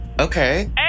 Okay